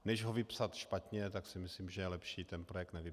Než ho vypsat špatně, tak si myslím, že je lepší ten projekt nevypsat.